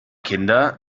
kinder